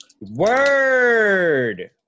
Word